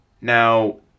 Now